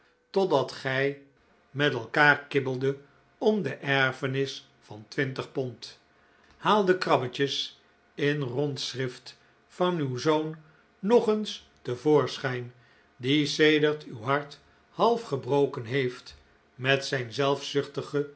totdat gij met elkaar kibbelde om de erfenis van twintig pond haal de krabbetjes in rondschrift van uw zoon nog eens te voorschijn die sedert uw hart half gebroken heeft met zijn